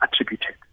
attributed